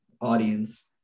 audience